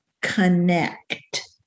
connect